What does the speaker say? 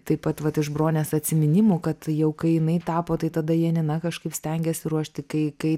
taip pat vat iš bronės atsiminimų kad jau kai jinai tapo tai tada janina kažkaip stengiasi ruošti kai kai